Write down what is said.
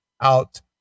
out